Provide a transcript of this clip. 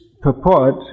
purport